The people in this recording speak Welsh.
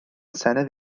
senedd